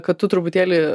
kad tu truputėlį